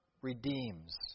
redeems